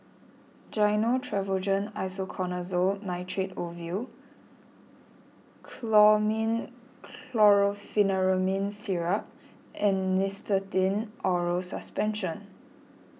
Gyno Travogen Isoconazole Nitrate Ovule Chlormine Chlorpheniramine Syrup and Nystatin Oral Suspension